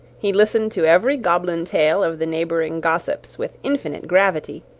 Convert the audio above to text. he listened to every goblin tale of the neighbouring gossips with infinite gravity,